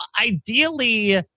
ideally